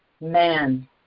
man